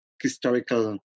historical